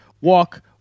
walk